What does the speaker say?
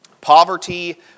poverty